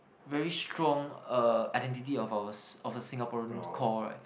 very strong uh identity of our of a Singaporean core [right]